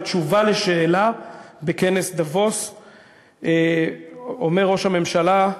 בתשובה על שאלה בכנס דבוס אומר ראש הממשלה,